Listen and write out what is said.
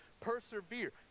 persevere